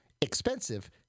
expensive